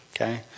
Okay